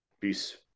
Peace